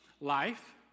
Life